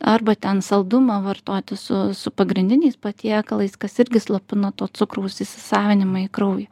arba ten saldumą vartoti su su pagrindiniais patiekalais kas irgi slopino to cukraus įsisavinimą į kraują